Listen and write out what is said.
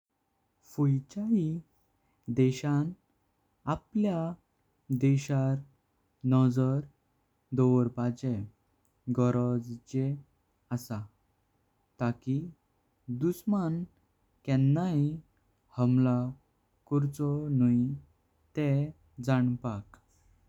फुयचे देशां आल्या देशार नजरा दोवरपाचे गर्जेचे आसा। तांकी दुश्मण कदाची हमला करपाचो नाय ते जानपाक।